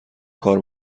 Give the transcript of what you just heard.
کار